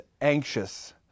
anxious